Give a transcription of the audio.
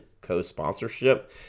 co-sponsorship